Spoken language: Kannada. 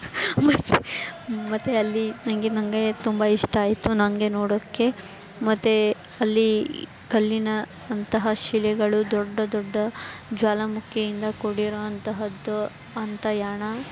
ಮತ್ತು ಮತ್ತು ಅಲ್ಲಿ ನನಗೆ ನನಗೆಯೇ ತುಂಬ ಇಷ್ಟ ಆಯಿತು ನನಗೆ ನೋಡೋಕ್ಕೆ ಮತ್ತು ಅಲ್ಲಿ ಕಲ್ಲಿನ ಅಂತಹ ಶಿಲೆಗಳು ದೊಡ್ಡ ದೊಡ್ಡ ಜ್ವಾಲಾಮುಖಿಯಿಂದ ಕೂಡಿರುವಂತಹದ್ದು ಅಂತ ಯಾಣ